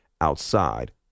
outside